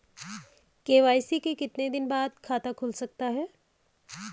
KYC के कितने दिन बाद खाता खुल सकता है?